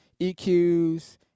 EQs